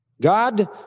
God